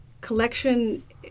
collection